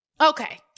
Okay